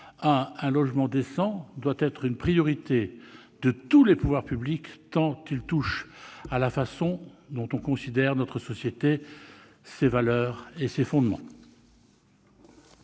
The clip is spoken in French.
un logement décent doit être une priorité de tous les pouvoirs publics tant il touche à la façon dont on considère notre société, ses valeurs et ses fondements.